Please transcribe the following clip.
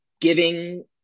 giving